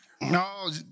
No